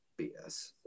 BS